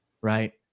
right